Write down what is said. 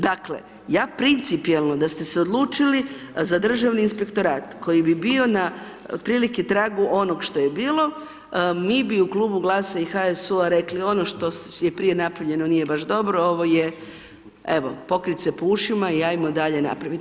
Dakle, ja principijelno da ste se odlučili za Državni inspektorat koji bi bio na otprilike tragu onog što je bilo, mi bi u klubu GLAS-a i HSU-u rekli ono što je prije napravljeno nije baš dobro, ovo je, evo pokriti se po ušima i ajmo dalje napraviti.